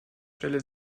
stelle